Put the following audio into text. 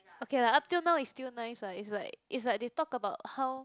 okay lah up till now is still nice lah is like is like they talk about how